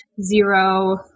zero